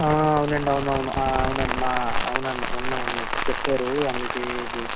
అవునండి అవునవును అవునండి మా అవునండి ఉన్నాయి ఉన్నాయి పెట్టారు ఎంవీటిబి